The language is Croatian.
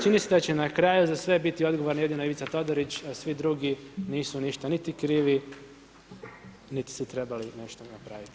Čini se da će na kraju za sve biti odgovoran jedino Ivica Todorić a svi drugi nisu ništa, niti krivi niti su trebali nešto napraviti.